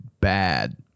bad